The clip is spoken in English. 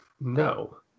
no